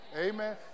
Amen